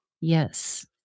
Yes